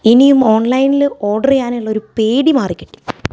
ഇനിയും ഓൺലൈനില് ഓർഡറ് ചെയ്യാനുള്ള ഒര് പേടി മാറിക്കിട്ടി